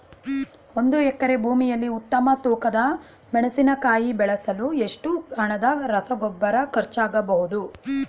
ಒಂದು ಎಕರೆ ಭೂಮಿಯಲ್ಲಿ ಉತ್ತಮ ತೂಕದ ಮೆಣಸಿನಕಾಯಿ ಬೆಳೆಸಲು ಎಷ್ಟು ಹಣದ ರಸಗೊಬ್ಬರ ಖರ್ಚಾಗಬಹುದು?